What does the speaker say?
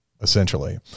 Essentially